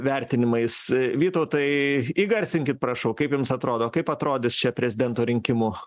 vertinimais vytautai įgarsinkit prašau kaip jums atrodo kaip atrodys čia prezidento rinkimų